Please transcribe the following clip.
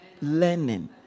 learning